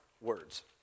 words